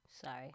Sorry